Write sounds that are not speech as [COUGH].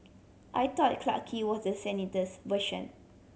I thought [UNINTELLIGIBLE] Clarke Quay was the sanitise version